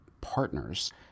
partners